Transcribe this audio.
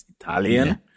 Italian